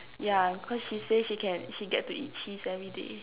yeah cause she say she can she get to eat cheese everyday